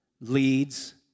leads